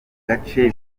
gace